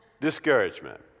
discouragement